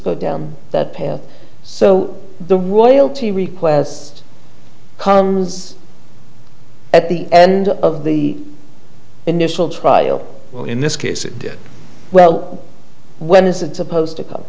go down that path so the royalty request comes at the end of the initial trial in this case it did well when is it supposed to